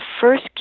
first